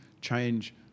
change